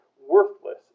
worthless